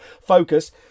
focus